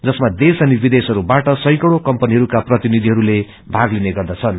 जसमा देश अनि विदेशहरूवाट सैकड़ी कम्पनीहरूका प्रतिनिधिहरूले भाग लिने गर्दछन्